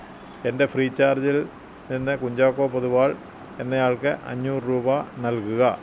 എൻ്റെ ഫ്രീ ചാർജില് നിന്ന് കുഞ്ചാക്കോ പൊതുവാൾ എന്നയാൾക്ക് അഞ്ഞൂറ് രൂപ നൽകുക